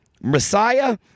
Messiah